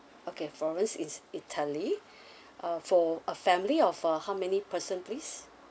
okay florence in italy uh for a family of uh how many person please